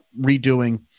redoing